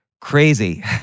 crazy